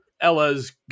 Ella's